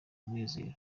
umunezero